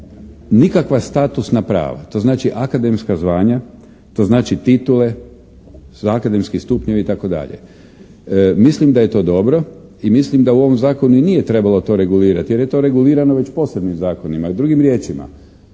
nikakva statusna prava, to znači akademska zvanja, to znači titule, akademski stupnjevi itd. Mislim da je to dobro i mislim da u ovom zakonu i nije trebalo to regulirati jer je to regulirano već posebnim zakonima. Drugim riječima,